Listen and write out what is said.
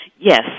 Yes